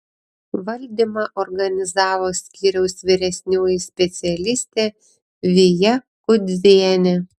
valdymo organizavo skyriaus vyresnioji specialistė vija kudzienė